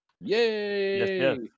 Yay